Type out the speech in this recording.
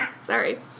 Sorry